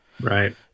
Right